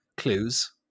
clues